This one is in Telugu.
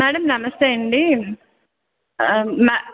మ్యాడం నమస్తే అండి మ్యామ్